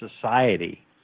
society